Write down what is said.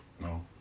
No